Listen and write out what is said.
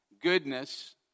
goodness